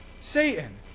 Satan